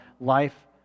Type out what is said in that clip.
life